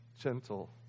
gentle